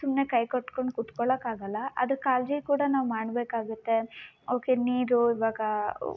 ಸುಮ್ಮನೆ ಕೈ ಕಟ್ಕೊಂಡು ಕುತ್ಕೊಳೊಕಾಗಲ್ಲ ಅದ್ರ ಕಾಳಜಿ ಕೂಡ ನಾವು ಮಾಡ್ಬೇಕಾಗತ್ತೆ ಅವುಕ್ಕೆ ನೀರು ಇವಾಗಾ